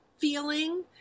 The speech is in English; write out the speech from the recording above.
feeling